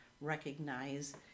recognize